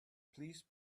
please